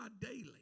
daily